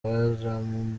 barumuna